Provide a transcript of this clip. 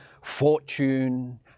fortune